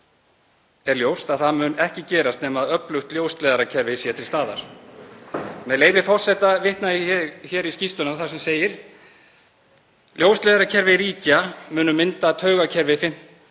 er ljóst að það mun ekki gerast nema öflugt ljósleiðarakerfi sé til staðar. Með leyfi forseta vitna ég í skýrsluna þar sem segir: „Ljósleiðarakerfi ríkja munu mynda taugakerfi